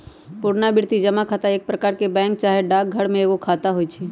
पुरनावृति जमा खता एक प्रकार के बैंक चाहे डाकघर में एगो खता होइ छइ